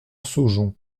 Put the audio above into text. saujon